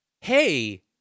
Hey